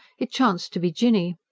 it chanced to be jinny.